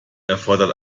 erfordert